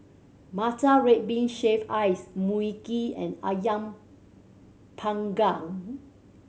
matcha red bean shaved ice Mui Kee and Ayam Panggang